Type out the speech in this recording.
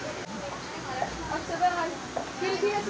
Bank ছাড়া অন্য কোথাও ঋণ পাওয়া যায় কি?